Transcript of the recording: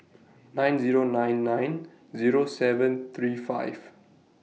nine Zero nine nine Zero seven three five